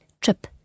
trip